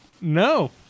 No